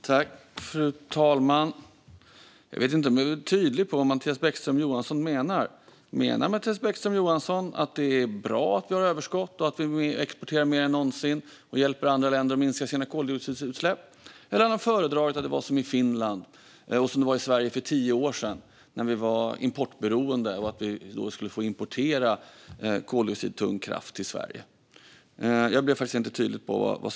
Fru talman! Det är inte tydligt för mig vad Mattias Bäckström Johansson menar. Menar Mattias Bäckström Johansson att det är bra att vi har överskott, att vi exporterar mer än någonsin och hjälper andra länder att minska sina koldioxidutsläpp? Eller hade han föredragit att det var som i Finland och som det var i Sverige för tio år sedan, när vi var importberoende och fick importera koldioxidtung kraft till Sverige? Det var faktiskt inte tydligt vad svaret var.